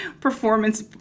performance